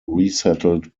resettled